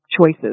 choices